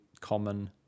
common